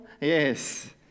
Yes